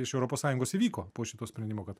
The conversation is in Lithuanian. iš europos sąjungos įvyko po šito sprendimo kad